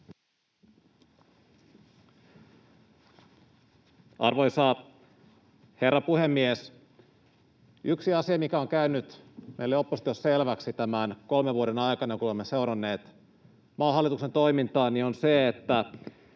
Arvoisa herra puhemies! Yksi asia, mikä on käynyt meille oppositiossa selväksi tämän kolmen vuoden aikana, kun olemme seuranneet maan hallituksen toimintaa, on se, että